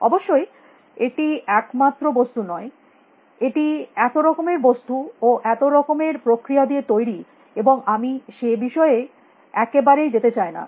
অবশ্যই এটি একমাত্র বস্তু নয় এটি এত রকমের বস্তু ও এত রকমের প্রক্রিয়া দিয়ে তৈরী এবং আমি সে বিষয়ে একেবারেই যেতে চাই না